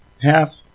half